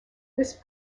this